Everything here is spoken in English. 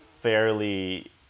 fairly